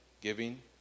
giving